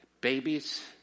babies